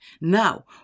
Now